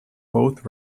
both